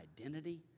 identity